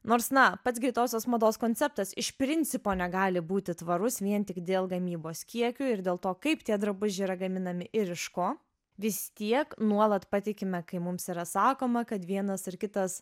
nors na pats greitosios mados konceptas iš principo negali būti tvarus vien tik dėl gamybos kiekių ir dėl to kaip tie drabužiai yra gaminami ir iš ko vis tiek nuolat patikime kai mums yra sakoma kad vienas ar kitas